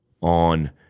on